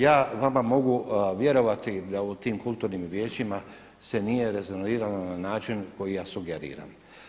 Ja vama mogu vjerovati da u tim kulturnim vijećima se nije rezonirano na način koji ja sugeriram.